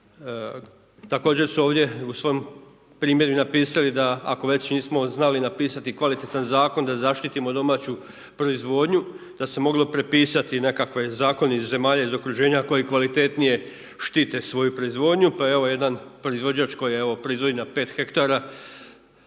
Također se ovdje u svom primjeru napisali ako već nismo znali napisati kvalitetan Zakon da zaštitimo domaću proizvodnju, da se moglo prepisati nekakav zakon iz zemalja iz okruženja koji kvalitetnije štite svoju proizvodnju, pa evo, jedan proizvođač koji evo, proizvodi na 5 hektara